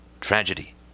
tragedy